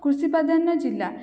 କୃଷି ପ୍ରାଧାନ୍ୟ ଜିଲ୍ଲା